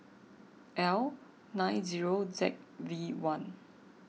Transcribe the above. L nine zero Z V one